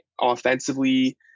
offensively